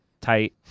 tight